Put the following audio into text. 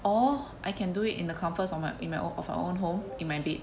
or I can do it in the comforts of my in my ow~ of our own home in my bed